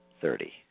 Thirty